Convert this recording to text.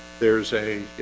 there's a